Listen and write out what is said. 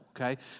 okay